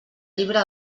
llibre